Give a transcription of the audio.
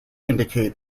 indicate